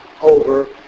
over